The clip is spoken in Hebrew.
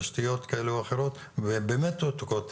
תשתיות כאלו או אחרות ובאמת הן תקועות תכנון.